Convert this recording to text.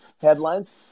headlines